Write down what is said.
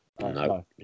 No